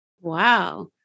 Wow